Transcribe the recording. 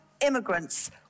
immigrants